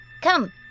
Come